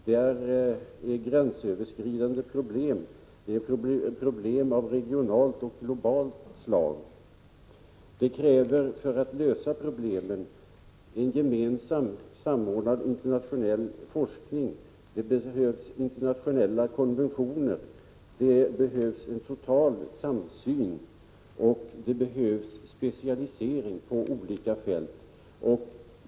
Det rör sig här om gränsöverskridande problem, dvs. problem av regionalt och globalt slag. För att lösa dessa krävs en samordnad internationell forskning. Det behövs internationella konventioner, det behövs en total samsyn och det behövs specialisering på olika fält.